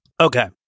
Okay